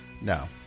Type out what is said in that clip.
no